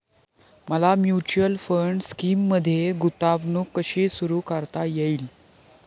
मला mutual fund स्कीममध्ये गुंतवणूक कशी सुरू करता येईल?